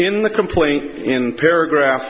in the complaint in paragraph